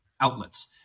outlets